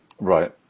Right